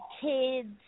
kids